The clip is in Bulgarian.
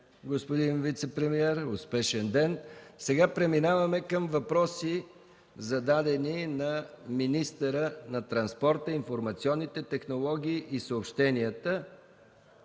господин вицепремиер. Успешен ден! Преминаваме към въпроси, зададени на министъра на транспорта, информационните технологии и съобщенията.